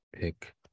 pick